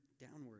downward